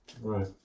Right